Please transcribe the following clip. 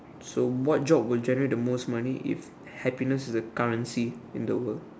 so what job would generate the most money if happiness were the currency of the world